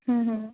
ਹਮ ਹਮ